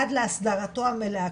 עד להסדרתו המלאה,